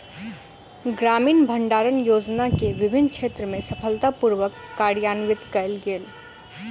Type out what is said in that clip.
ग्रामीण भण्डारण योजना के विभिन्न क्षेत्र में सफलता पूर्वक कार्यान्वित कयल गेल